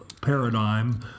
paradigm